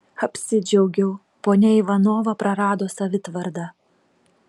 apsidžiaugiau ponia ivanova prarado savitvardą